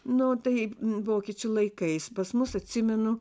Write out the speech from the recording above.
nu tai vokiečių laikais pas mus atsimenu